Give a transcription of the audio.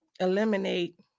eliminate